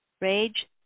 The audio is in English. Rage